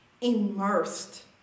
immersed